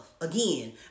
Again